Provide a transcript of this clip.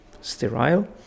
sterile